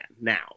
now